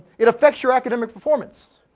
it affects your academic performance,